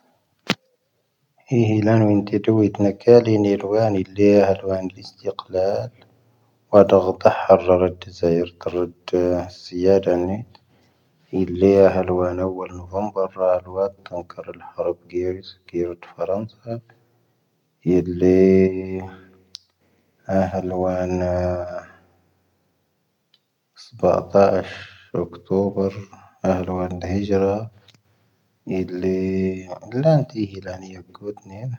ⵀⵉⵀⵉⵍⴰⵏⵉ ⵎⵉⵏⵜⵉⴷⵡⵉⵜ ⵏⴰⴽⴰⵍⵉ ⵏⵉⵔⵡⴰⵏⵉ ⵍⵉⵢⴰⵀⴻⵍⵡⴰⵏⵉ ⵍⵉⵙⵜⵢⵇⵍⴰⵍ. ⵡⴰ ⴷⴰⴳⵀⵣⴰⵀⴰⵔⴰⴷ ⴷⵣⴰⵢⵔⵜⵔⴻⴷ ⵙⵉⵢⴰⴰⴷ ⴰⵏⵉⵜ. ⵀⵉⵀⵉⵍⴰⵏⵉ ⵍⵉⵢⴰⵀⴻⵍⵡⴰⵏⵉ ⴰⵡⴰⵍ ⵏvoⵎⴱⴰⵔ ⵔⴰⵍⵡⴰ ⵜⴰⵏⴽⴰⵔ ⴰⵍ ⵀⴰⵔⴱ ⴳⴻⵉⵔoⵜ ⴼⴰⵔⵔⴰⵏⵣⴰⴱ. ⵀⵉⵀⵉⵍⴰⵏⵉ ⴰⵀⴻⵍⵡⴰⵏⵉ ⵙⴱⴰⵜⴰⴰⵙⵀ oⴽⵜoⴱⴻⵔ ⴰⵀⴻⵍⵡⴰⵏⵉ ⵀⵉⵊⵔⴰ. ⵀⵉⵀⵉⵍⴰⵏⵉ ⴰⵇⴳoⴷ ⵏⵉⵍ.